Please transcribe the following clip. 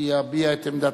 יביע את עמדת